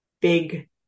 big